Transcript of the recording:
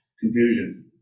Confusion